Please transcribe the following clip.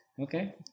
Okay